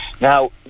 Now